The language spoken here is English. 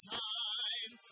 time